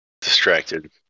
distracted